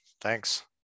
thanks